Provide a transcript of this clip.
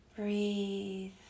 Breathe